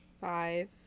five